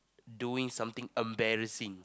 doing something embarrassing